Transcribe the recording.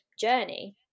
journey